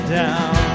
down